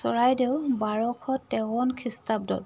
চৰাইদেউ বাৰশ তেৱন খ্ৰীষ্টাব্দত